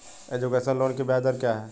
Education loan की ब्याज दर क्या है?